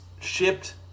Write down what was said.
shipped